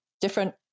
different